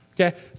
Okay